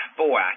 boy